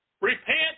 Repent